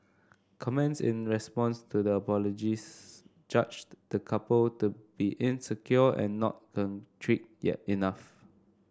comments in response to the apologies judged the couple to be insecure and not contrite yet enough